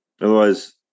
Otherwise